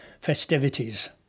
festivities